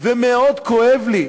ומאוד כואב לי,